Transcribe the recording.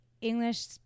english